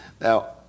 Now